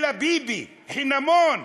אלא ביבי, חינמון.